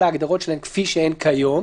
על ההגדרות שלהן כפי שהן כיום,